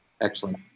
Excellent